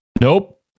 Nope